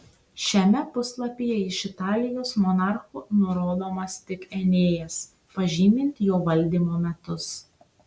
šiame puslapyje iš italijos monarchų nurodomas tik enėjas pažymint jo valdymo metus